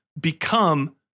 become